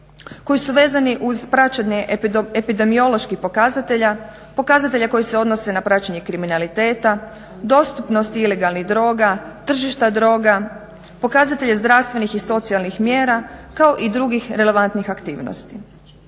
koji su vezani uz praćenje epidemioloških pokazatelja, pokazatelja koji se odnose na praćenje kriminaliteta, dostupnosti ilegalnih droga, tržišta droga, pokazatelje zdravstvenih i socijalnih mjera kao i drugih relevantnih aktivnosti.